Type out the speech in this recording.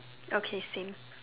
okay same